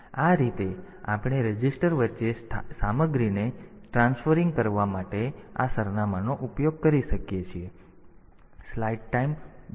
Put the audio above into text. તેથી આ રીતે આપણે રજિસ્ટર વચ્ચે સામગ્રીને સ્થાનાંતરિત કરવા માટે આ સરનામાંનો ઉપયોગ કરી શકીએ છીએ